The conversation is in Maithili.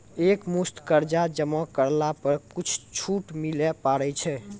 एक मुस्त कर्जा जमा करला पर कुछ छुट मिले पारे छै?